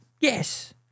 yes